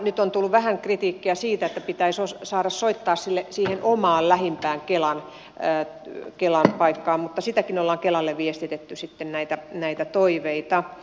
nyt on tullut vähän kritiikkiä siitä että pitäisi saada soittaa siihen omaan lähimpään kelan paikkaan mutta siitäkin ollaan kelalle viestitetty näitä toiveita